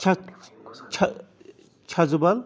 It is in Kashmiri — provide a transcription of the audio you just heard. چھَژٕبَل